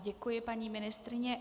Děkuji paní ministryni.